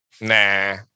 Nah